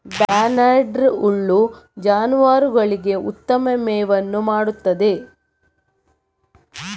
barnyard ಹುಲ್ಲು ಜಾನುವಾರುಗಳಿಗೆ ಉತ್ತಮ ಮೇವನ್ನು ಮಾಡುತ್ತದೆ